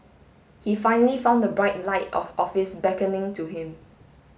he finally found the bright light of office beckoning to him